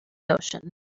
ocean